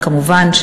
וכמובן,